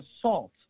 assault